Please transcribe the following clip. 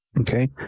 okay